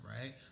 right